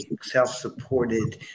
self-supported